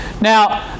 Now